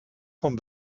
vom